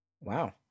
Wow